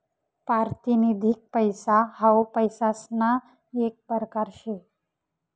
पारतिनिधिक पैसा हाऊ पैसासना येक परकार शे